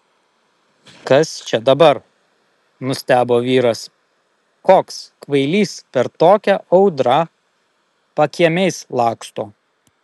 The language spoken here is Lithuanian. kas čia dabar nustebo vyras koks kvailys per tokią audrą pakiemiais laksto